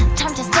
time to